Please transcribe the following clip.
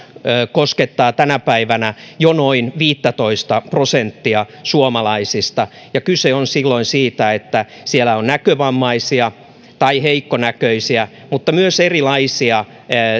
koskettaa tänä päivänä jo noin viittätoista prosenttia suomalaisista ja kyse on siitä että on näkövammaisia tai heikkonäköisiä mutta myös erilaisia vajavaisia